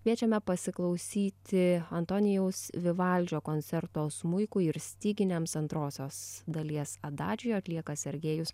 kviečiame pasiklausyti antonijaus vivaldžio koncerto smuikui ir styginiams antrosios dalies adadžio atlieka sergejus